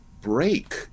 break